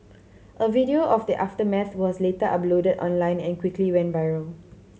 a video of the aftermath was later uploaded online and quickly went viral